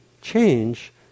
change